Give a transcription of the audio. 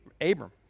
Abram